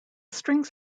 strings